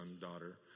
daughter